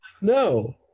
no